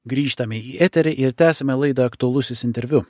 grįžtame į eterį ir tęsiame laidą aktualusis interviu